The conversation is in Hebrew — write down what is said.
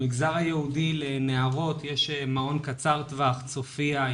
למגזר היהודי, לנערות יש מעון קצר טווח 'צופיה'